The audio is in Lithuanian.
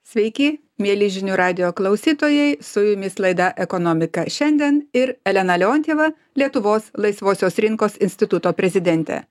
sveiki mieli žinių radijo klausytojai su jumis laida ekonomika šiandien ir elena leontjeva lietuvos laisvosios rinkos instituto prezidentė